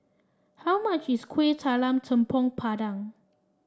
how much is Kueh Talam Tepong Pandan